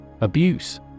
Abuse